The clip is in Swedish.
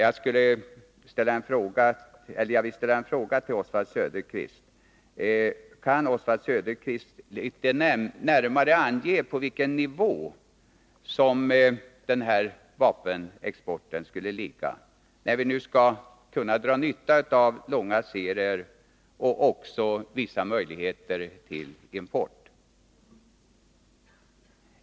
Jag vill i samband med detta ställa en fråga till Oswald Söderqvist: Kan Oswald Söderqvist ange litet närmare på vilken nivå den här vapenexporten skall ligga, om vi skall kunna dra nytta av långa serier och vissa möjligheter till import?